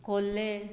खोल्ले